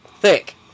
thick